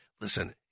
listen—